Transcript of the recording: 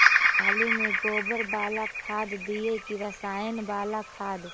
आलु में गोबर बाला खाद दियै कि रसायन बाला खाद?